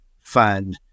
fun